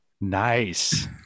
nice